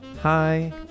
Hi